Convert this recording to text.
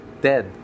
dead